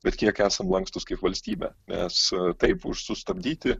bet kiek esam lankstūs kaip valstybė nes taip už sustabdyti